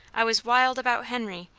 i was wild about henry,